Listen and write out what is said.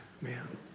man